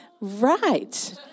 Right